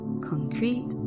concrete